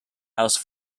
house